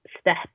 step